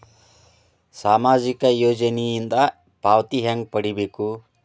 ಸಾಮಾಜಿಕ ಯೋಜನಿಯಿಂದ ಪಾವತಿ ಹೆಂಗ್ ಪಡಿಬೇಕು?